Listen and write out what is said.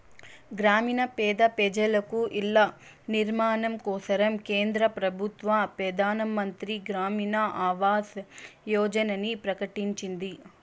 గ్రామీణ పేద పెజలకు ఇల్ల నిర్మాణం కోసరం కేంద్ర పెబుత్వ పెదానమంత్రి గ్రామీణ ఆవాస్ యోజనని ప్రకటించింది